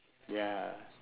ya